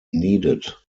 needed